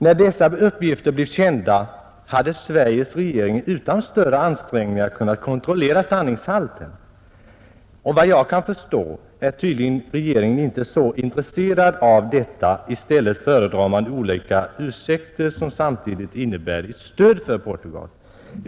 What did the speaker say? När dessa uppgifter blev kända hade Sveriges regering utan större ansträngningar kunnat kontrollera sanningshalten. Vad jag kan förstå är regeringen inte så intresserad av detta. I stället föredrar man olika ursäkter som samtidigt innebär ett stöd för Portugal.